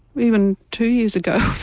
even two years ago